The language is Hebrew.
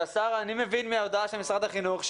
אני מבין מההודעה של משרד החינוך,